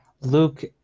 Luke